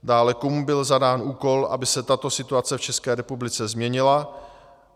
Dále, komu byl zadán úkol, aby se tato situace v České republice změnila